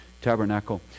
tabernacle